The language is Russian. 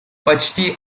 почти